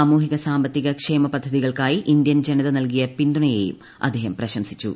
സാമൂഹിക സാമ്പത്തിക ക്ഷേമപദ്ധതികൾക്കായി ഇന്ത്യൻ ജനത നൽകിയ പിന്തുണയെയും അദ്ദേഹം പ്രശംസിച്ചു